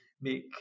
make